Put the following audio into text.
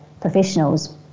professionals